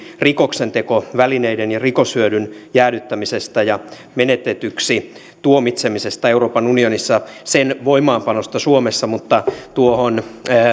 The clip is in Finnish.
rikoksentekovälineiden ja rikoshyödyn jäädyttämiseksi ja menetetyksi tuomitsemiseksi euroopan unionissa sen voimaanpanosta suomessa mutta tuohon